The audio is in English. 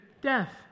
death